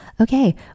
okay